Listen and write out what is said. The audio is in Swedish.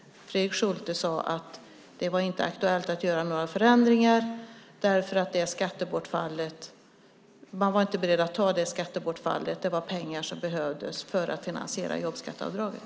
Fredrik Schulte sade att det inte var aktuellt att göra några förändringar därför att man inte är beredd att ta det skattebortfallet på grund av att det är pengar som behövs för att finansiera jobbskatteavdraget.